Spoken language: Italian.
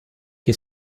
che